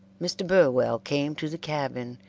mr. burwell came to the cabin,